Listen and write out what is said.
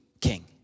king